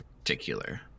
particular